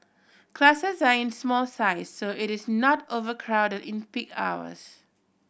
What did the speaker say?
classes are in small size so it is not overcrowd in peak hours